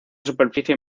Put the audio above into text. superficie